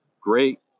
Great